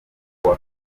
kuwa